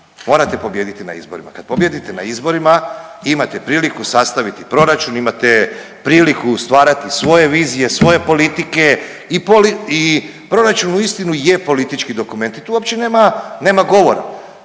morate pobijediti na izborima. Kad pobijedite na izborima imate priliku sastaviti proračun, imate priliku stvarati svoje vizije, svoje politike i proračun uistinu je politički dokument i tu uopće nema govora.